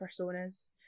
personas